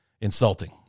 insulting